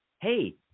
hey